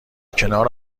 کنار